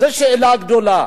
זו שאלה גדולה.